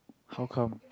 how come